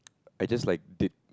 I just like did